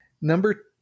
Number